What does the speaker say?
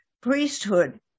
priesthood